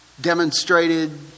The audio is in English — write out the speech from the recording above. demonstrated